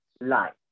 life